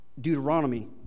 Deuteronomy